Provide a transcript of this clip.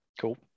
Cool